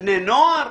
בני נוער?